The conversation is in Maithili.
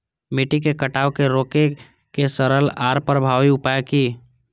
मिट्टी के कटाव के रोके के सरल आर प्रभावी उपाय की?